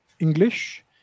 English